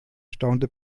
staunte